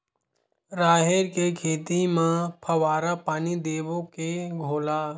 राहेर के खेती म फवारा पानी देबो के घोला?